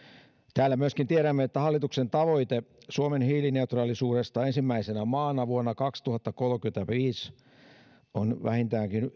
täällä myöskin tiedämme että hallituksen tavoite suomen hiilineutraalisuudesta ensimmäisenä maana vuonna kaksituhattakolmekymmentäviisi on vähintäänkin